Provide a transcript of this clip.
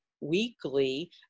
weekly